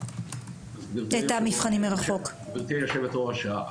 גברתי היושבת-ראש,